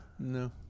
No